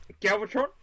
Galvatron